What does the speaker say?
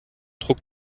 druck